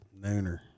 Nooner